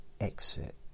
exit